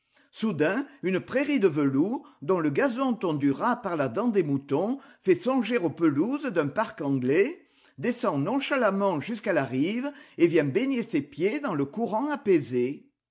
soudain une prairie de velours dont le gazon tondu ras par la dent des moutons fait songer aux pelouses d'un parc anglais descend nonchalamment jusqu'à la rive et vient baigner ses pieds dans le courant apaisé